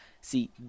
See